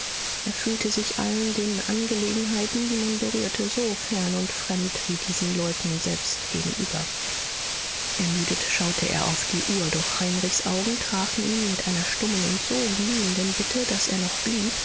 er fühlte sich allen den angelegenheiten die man berührte so fern und fremd wie diesen leuten selbst gegenüber ermüdet schaute er auf die uhr doch heinrichs augen trafen ihn mit einer stummen und so glühenden bitte daß er noch blieb